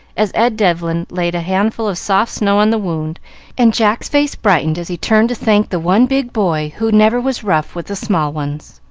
as ed devlin laid a handful of soft snow on the wound and jack's face brightened as he turned to thank the one big boy who never was rough with the small ones.